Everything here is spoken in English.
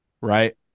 right